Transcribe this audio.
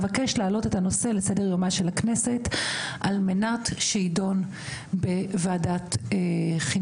אבקש להעלות את הנושא לסדר יומה של הכנסת על מנת שידון בוועדת חינוך.